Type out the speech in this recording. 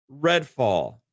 Redfall